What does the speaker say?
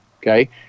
okay